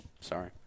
Sorry